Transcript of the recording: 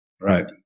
Right